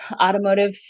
automotive